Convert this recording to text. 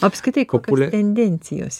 apskritai kokios tendencijos